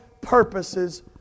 purposes